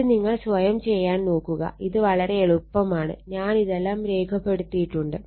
ഇത് നിങ്ങൾ സ്വയം ചെയ്യാൻ നോക്കുക ഇത് വളരെ എളുപ്പമാണ് ഞാനിതെല്ലാം രേഖപ്പെടുത്തിയിട്ടുണ്ട്